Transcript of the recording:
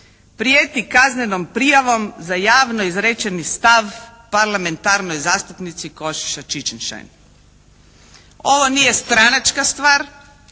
prijeti kaznenom prijavom za javno izrečeni stav parlamentarnoj zastupnici Košiša Čičin-Šain. Ovo nije stranačka stvar,